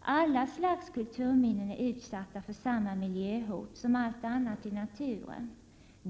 Alla slags kulturminnen är utsatta för samma miljöhot som allt annat i naturen.